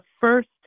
first